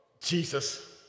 Jesus